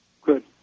Good